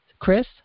Chris